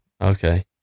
Okay